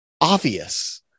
obvious